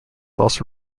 also